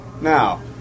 Now